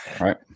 Right